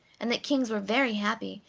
and that kings were very happy,